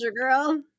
Girl